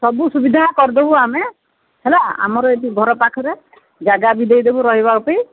ସବୁ ସୁବିଧା କରିଦବୁ ଆମେ ହେଲା ଆମର ଏଠି ଘର ପାଖରେ ଜାଗା ବି ଦେଇଦେବୁ ରହିବାପାଇଁ